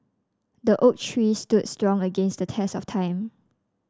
the oak tree stood strong against the test of time